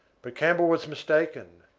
but campbell was mistaken.